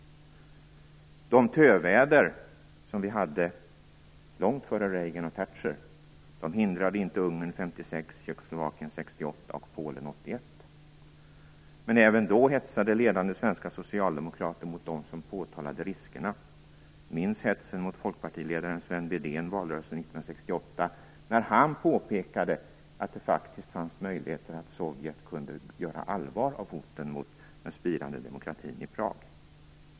De töväder som vi hade, långt före Reagan och Thatcher, hindrade inte Ungern 1956, Tjeckoslovakien 1968 och Polen 1981. Men även då hetsade ledande svenska socialdemokrater mot dem som påtalade riskerna. Minns hetsen mot folkpartiledaren Sven Wedén i valrörelsen 1968, när han påpekade att det fanns möjligheter att Sovjet kunde göra allvar av hoten mot den spirande demokratin i Prag.